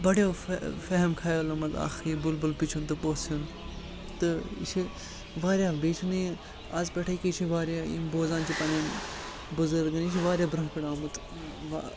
بڑیو فٮ۪ہَم خیالو منٛز اَکھ یہِ بُلبُل پِچان تہٕ پوٚژھ یُن تہٕ یہِ چھِ واریاہ بیٚیہِ چھُنہٕ یہِ اَز پٮ۪ٹھَے کینٛہہ یہِ چھُ واریاہ یِم بوزان چھِ پَنٕںۍ بُزرگَن یہِ چھُ واریاہ برٛوںٛہہ پٮ۪ٹھ آمُت